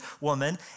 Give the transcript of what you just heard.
woman